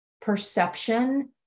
perception